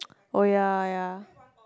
oh ya ya